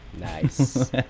nice